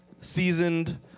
seasoned